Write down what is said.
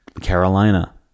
Carolina